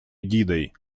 эгидой